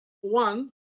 One